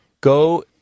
go